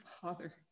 father